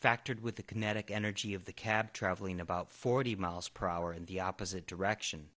factored with the kinetic energy of the cab travelling about forty miles per hour in the opposite direction